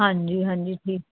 ਹਾਂਜੀ ਹਾਂਜੀ ਠੀਕ